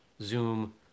Zoom